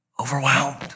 Overwhelmed